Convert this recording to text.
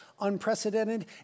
unprecedented